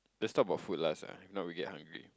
let's talk about food last ah if not we get hungry